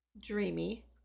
Dreamy